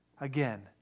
again